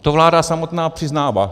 To vláda samotná přiznává.